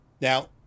Now